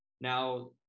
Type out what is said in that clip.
now